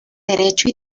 derecho